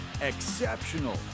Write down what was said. Exceptional